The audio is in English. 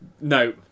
no